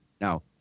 Now